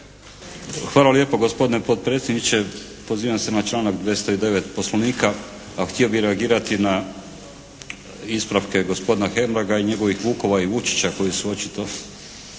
Hvala lijepo gospodine potpredsjedniče. Pozivam se na članak 209. Poslovnika, a htio bih reagirati na ispravke gospodina Hebranga i njegovih vukova i vučića koji su očito